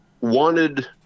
wanted